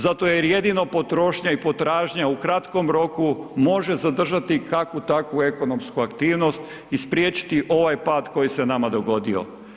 Zato jer jedino potrošnja i potražnja u kratkom roku može zadržati kakvu takvu ekonomsku aktivnost i spriječiti ovaj pad koji se nama dogodio.